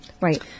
right